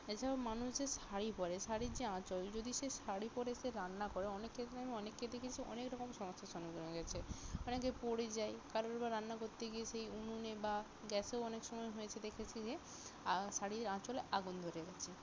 এছাড়াও মানুষের শাড়ি পরে শাড়ির যে আঁচল যদি সে শাড়ি পরে সে রান্না করে অনেক ক্ষেত্রে আমি অনেককে দেখেছি অনেক রকম সমস্যার সন্মুখীন হয়ে গেছে অনেকে পড়ে যায় কারোর আবার রান্না করতে গিয়ে সেই উনুনে বা গ্যাসেও অনেক সময় হয়েছে দেখেছি যে শাড়ির আঁচলে আগুন ধরে গিয়েছে